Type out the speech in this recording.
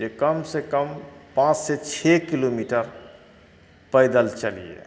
जे कम से कम पाँच से छओ किलोमीटर पैदल चलिये